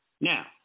Now